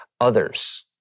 others